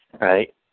right